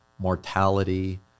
mortality